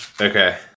Okay